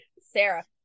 sarah